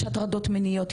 יש הטרדות מיניות,